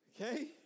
okay